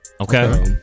Okay